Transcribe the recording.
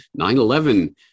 9-11